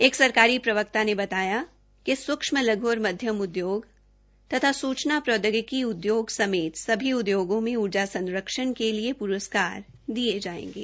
एक सरकारी प्रवक्ता ने बताया कि सूक्षम लघु और मध्यम व सूचना प्रौद्योगिकी उद्योग समेते सभी उद्योगों में ऊर्जा संरक्षण के लिए प्रस्कार दिये जायेंगे